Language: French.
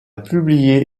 publié